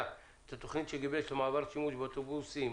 את התוכנית שגיבש למעבר לשימוש באוטובוסים